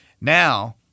Now